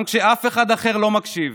גם כשאף אחד אחד לא מקשיב.